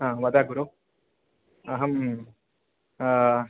ह वद गुरु अहं